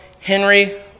Henry